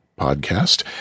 podcast